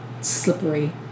slippery